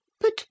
but